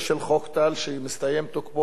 שתוקפו מסתיים ב-1 באוגוסט.